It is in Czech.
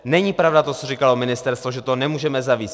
Není pravda to, co říkalo Ministerstvo, že to nemůžeme zavést.